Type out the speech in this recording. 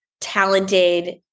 talented